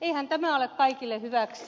eihän tämä ole kaikille hyväksi